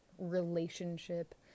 relationship